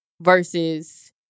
versus